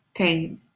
okay